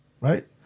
Right